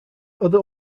other